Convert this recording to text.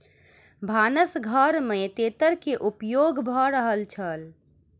भानस घर में तेतैर के उपयोग भ रहल छल